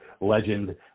Legend